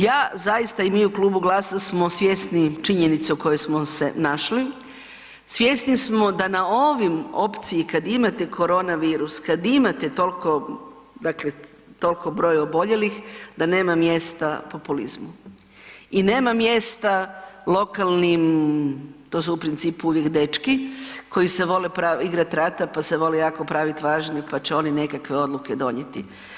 Ja zaista i mi u Klubu GLAS-a smo svjesni činjenice u kojoj smo se našli, svjesni smo da na ovim opciji kad imate korona virus, kad imate tolko broj oboljelih, da nema mjesta populizmu i nema mjesta lokalnim, to su u principu uvijek dečki, koji se vole igrati rata pa se vole jako pravit važni pa će oni nekakve odluke donijeti.